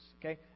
okay